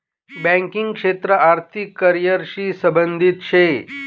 banking क्षेत्र आर्थिक career शी संबंधित शे